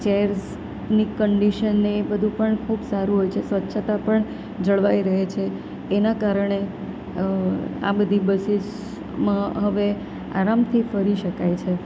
ચેર્સની condition ને એ બધું પણ ખૂબ સારું હોય છે સ્વચ્છતા પણ જળવાઈ રહે છે એનાં કારણે આ બધી બસીસમાં હવે આરામથી ફરી શકાય છે